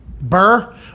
Burr